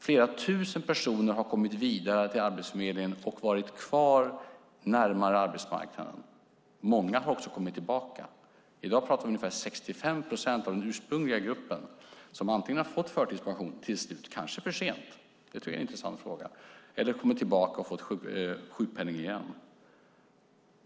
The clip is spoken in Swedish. Flera tusen personer har kommit vidare till Arbetsförmedlingen och varit kvar närmare arbetsmarknaden. Många har också kommit tillbaka. I dag pratar vi om ungefär 65 procent av den ursprungliga gruppen som antingen har fått förtidspension till slut - kanske för sent; det är en intressant fråga - eller har kommit tillbaka och fått sjukpenning igen.